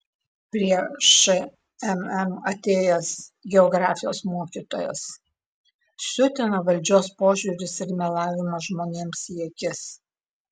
prie šmm atėjęs geografijos mokytojas siutina valdžios požiūris ir melavimas žmonėms į akis